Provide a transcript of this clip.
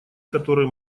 которые